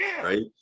Right